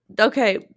Okay